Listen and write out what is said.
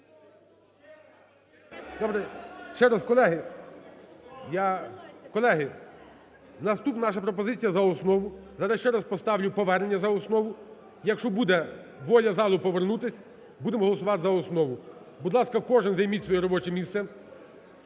Добре, ще раз. Колеги! Колеги, наступна наша пропозиція за основу, зараз ще раз поставлю повернення за основу і якщо буде воля залу повернутись, будемо голосувати за основу. Будь ласка, кожен займіть своє робоче місце.